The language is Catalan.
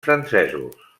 francesos